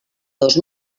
dos